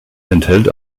enthält